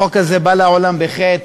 החוק הזה בא לעולם בחטא,